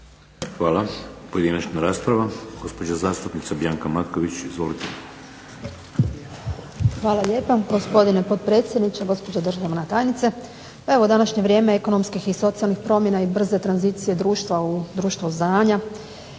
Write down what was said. Hvala. Pojedinačna rasprava. Gospođa zastupnica Bianca Matković. Izvolite. **Matković, Bianca (HDZ)** Hvala lijepa. Gospodine potpredsjedniče, gospođo državna tajnice Pa evo današnje vrijeme ekonomskih i socijalnih promjena i brze tranzicije društva u društvo znanje,